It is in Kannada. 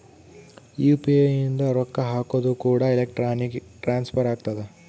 ಯು.ಪಿ.ಐ ಇಂದ ರೊಕ್ಕ ಹಕೋದು ಕೂಡ ಎಲೆಕ್ಟ್ರಾನಿಕ್ ಟ್ರಾನ್ಸ್ಫರ್ ಆಗ್ತದ